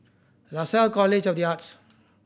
Lasalle College of The Arts